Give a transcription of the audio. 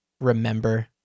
remember